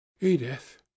Edith